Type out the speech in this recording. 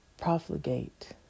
profligate